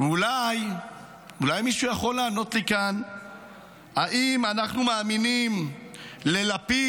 אולי מישהו יכול לענות לי כאן אם אנחנו מאמינים ללפיד